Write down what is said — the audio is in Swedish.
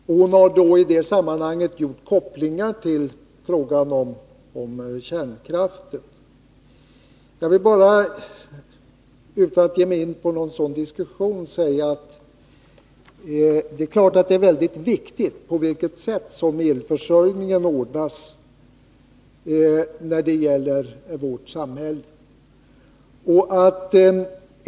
Och hon gjorde i det sammanhanget en koppling till frågan om kärnkraft. Utan att ge mig in på någon sådan diskussion vill jag bara säga: Det är självfallet viktigt hur elförsörjningen ordnas i vårt samhälle.